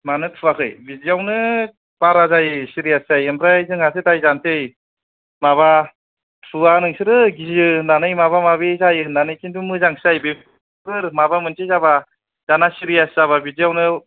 मानो थुवाखै बिदियावनो बारा जायो सिरियास जायो ओमफ्राय जोंहासो दाय जानोसै माबा थुवा नोंसोरो गियो होननानै माबा माबि जायो होननानै खिन्थु मोजांसो जायो बेफोर माबा मोनसे जाबा दाना सिरियास जाबा बिदियावनो